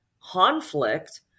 conflict